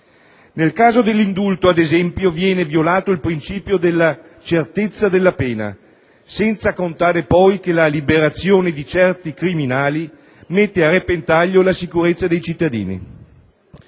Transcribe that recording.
Nel caso dell'indulto, ad esempio, viene violato il principio della certezza della pena, senza contare, poi, che la liberazione di certi criminali mette a repentaglio la sicurezza dei cittadini.